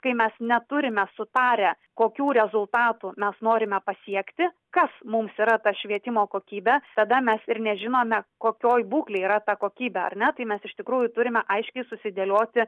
kai mes neturime sutarę kokių rezultatų mes norime pasiekti kas mums yra ta švietimo kokybė tada mes ir nežinome kokioj būklėj yra ta kokybė ar ne tai mes iš tikrųjų turime aiškiai susidėlioti